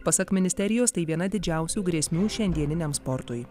pasak ministerijos tai viena didžiausių grėsmių šiandieniniam sportui